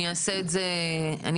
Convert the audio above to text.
אני